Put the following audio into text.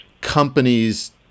companies